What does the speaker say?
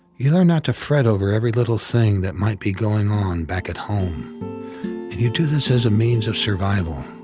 you learn not to fret over every little thing that might be going on back at home, and you do this as a means of survival.